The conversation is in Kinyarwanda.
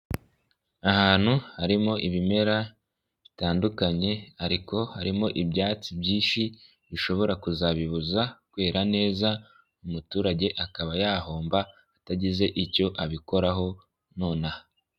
Ahantu harimo ibimera bitandukanye, ariko harimo ibyatsi byinshi bishobora kuzabibuza kwera neza, umuturage akaba yahomba atagize icyo abikoraho nonaha.